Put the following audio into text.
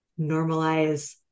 normalize